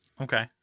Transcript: Okay